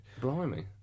Blimey